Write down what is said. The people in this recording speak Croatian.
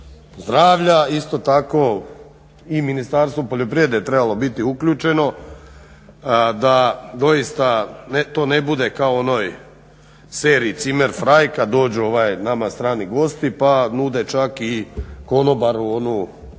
zdravlja isto tako i Ministarstvo poljoprivrede je trebalo biti uključeno. Da doista to ne bude kao onoj seriji Cimer fraj kad dođu nama strani gosti pa nude čak i konobaru onu